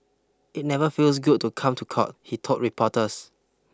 it never feels good to come to court he told reporters